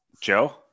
Joe